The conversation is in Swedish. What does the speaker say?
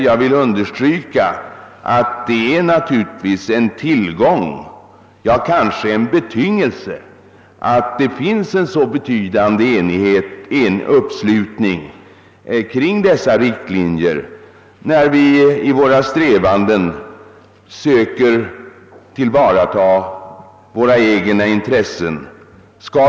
Jag vill understryka att en allmän uppslutning kring de i regeringsdeklarationerna angivna riktlinjerna naturligtvis är en tillgång, ja, kanske en betingelse för att vi skall ha framgång i våra strävanden att söka tillvarata våra egna intressen.